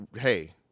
hey